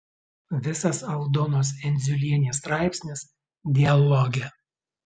visas aldonos endziulienės straipsnis dialoge